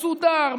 מסודר,